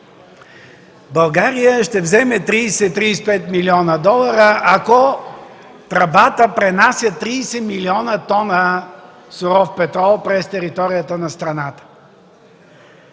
България ще вземе 30-35 млн. долара, ако тръбата пренася 30 млн. тона суров петрол през територията на страната.